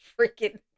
freaking